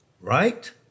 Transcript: Right